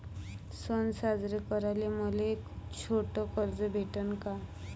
सन साजरे कराले मले छोट कर्ज भेटन का?